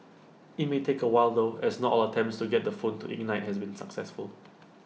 IT may take A while though as not all attempts to get the phone to ignite has been successful